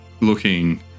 looking